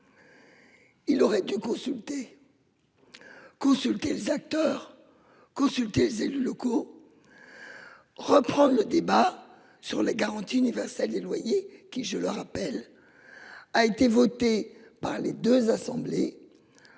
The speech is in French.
Il aurait dû consulter. Consulter les acteurs consulter élus locaux. Reprend le débat sur la garantie universelle des loyers qui je le rappelle. A été votée par les 2 assemblées.